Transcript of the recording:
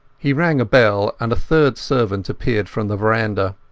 he rang a bell, and a third servant appeared from the veranda.